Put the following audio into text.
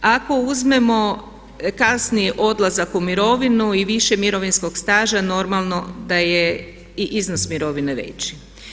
Ako uzmemo kasniji odlazak u mirovinu i više mirovinskog staža normalno da je i iznos mirovine veći.